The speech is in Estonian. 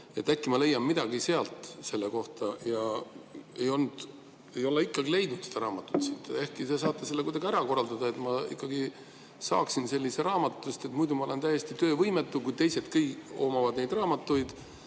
et äkki ma leian sealt midagi selle kohta. Ma ei ole ikkagi seda raamatut leidnud. Äkki te saate selle kuidagi ära korraldada, et ma ikkagi saaksin selle raamatu. Muidu ma olen täiesti töövõimetu, kui teised kõik omavad neid raamatuid.